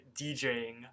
DJing